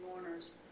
mourners